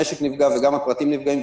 המשק נפגע וגם הפרטים נפגעים,